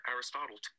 Aristotle